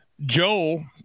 Joel